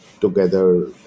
together